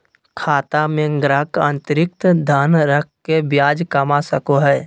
खाता में ग्राहक अतिरिक्त धन रख के ब्याज कमा सको हइ